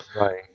Right